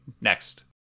next